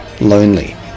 lonely